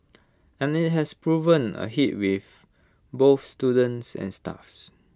and IT has proven A hit with both students and staffs